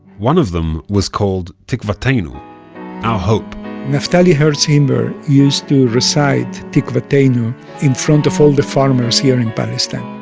one of them was called tikvateinu our hope naftali herz imber used to recite tikvateinu in front of all the farmers here in palestine